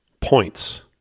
points